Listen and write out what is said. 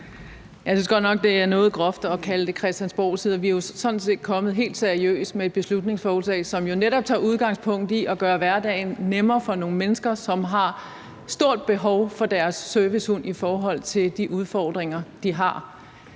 det er noget groft at kalde det christiansborgfnidder. Vi er jo sådan set kommet helt seriøst med et beslutningsforslag, som netop tager udgangspunkt i at gøre hverdagen nemmere for nogle mennesker, som har stort behov for deres servicehund i forhold til de udfordringer, de har.